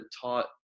taught